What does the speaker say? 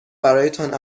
برایتان